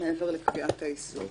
מעבר לקביעת האיסור.